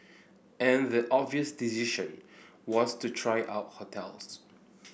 and the obvious decision was to try out hotels